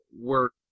work